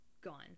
gone